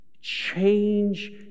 change